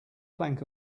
plank